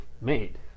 made